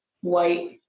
white